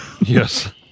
Yes